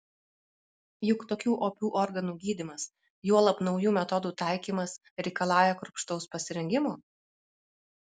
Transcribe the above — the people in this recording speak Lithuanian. juk tokių opių organų gydymas juolab naujų metodų taikymas reikalauja kruopštaus pasirengimo